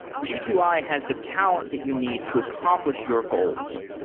g two i has the talent that you need to accomplish your goals.